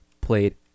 played